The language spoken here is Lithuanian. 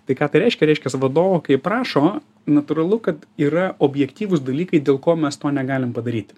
tai ką tai reiškia reiškias vadovo kai prašo natūralu kad yra objektyvūs dalykai dėl ko mes to negalim padaryti